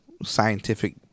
Scientific